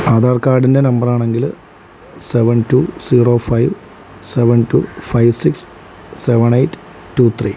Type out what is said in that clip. ആധാർ കാർഡിൻ്റെ നമ്പർ ആണെങ്കിൽ seven two zero five seven two five six seven eight two three